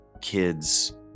kids